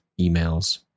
emails